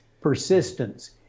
Persistence